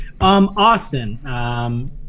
Austin